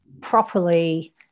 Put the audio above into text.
properly